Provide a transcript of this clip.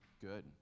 Good